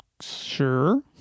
sure